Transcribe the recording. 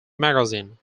magazine